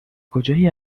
کجایی